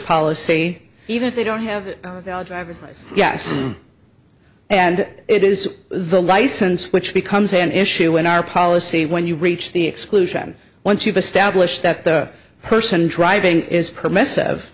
say even if they don't have it valid driver's license yes and it is the license which becomes an issue in our policy when you reach the exclusion once you've established that the person driving is permissive